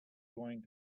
going